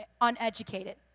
uneducated